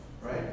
right